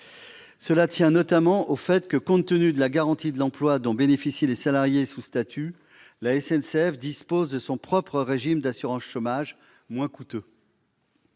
tient notamment au fait que, compte tenu de la garantie de l'emploi dont bénéficient les salariés sous statut, la SNCF dispose de son propre régime d'assurance chômage, lequel est moins coûteux.